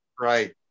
Right